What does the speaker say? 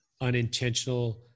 unintentional